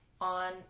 on